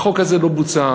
החוק הזה לא בוצע,